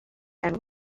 and